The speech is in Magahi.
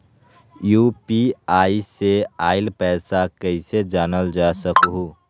यू.पी.आई से आईल पैसा कईसे जानल जा सकहु?